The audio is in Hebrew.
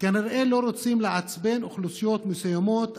'כנראה לא רוצים לעצבן אוכלוסיות מסוימות',